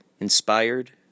Inspired